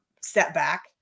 setback